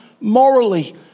morally